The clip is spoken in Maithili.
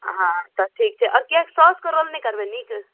अँह तऽ ठीक छै आओर किएक सासुके रोल नहि करबै नीक